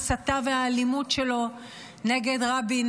ההסתה והאלימות שלו נגד רבין,